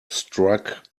struck